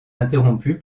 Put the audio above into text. interrompue